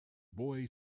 boy